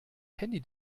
handy